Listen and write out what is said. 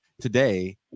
today